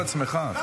אתה סותר את עצמך.